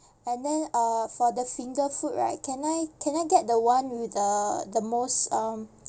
and then uh for the finger food right can I can I get the one with the the most um